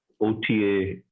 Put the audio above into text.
OTA